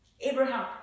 Abraham